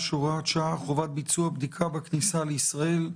(הוראת שעה) (חובת ביצוע בדיקה בכניסה לישראל)